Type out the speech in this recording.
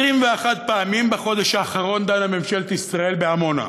21 פעמים בחודש האחרון דנה ממשלת ישראל בעמונה.